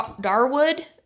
Darwood